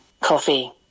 coffee